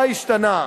מה השתנה?